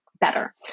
better